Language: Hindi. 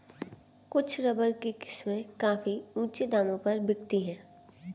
कुछ रबर की किस्में काफी ऊँचे दामों पर बिकती है